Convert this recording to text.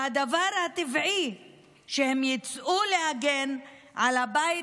והדבר הטבעי הוא שהם יצאו להגן על הבית